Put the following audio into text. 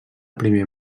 primer